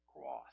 cross